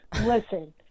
listen